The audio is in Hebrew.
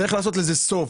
צריך לעשות לזה סוף.